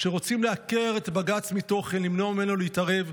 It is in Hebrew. כשרוצים לעקר את בג"ץ מתוכן, למנוע ממנו להתערב,